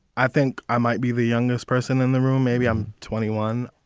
i think i might be the youngest person in the room, maybe i'm twenty one.